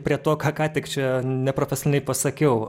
prie to ką ką tik čia neprofesionaliai pasakiau